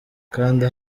kanda